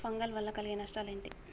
Fungal వల్ల కలిగే నష్టలేంటి?